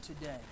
today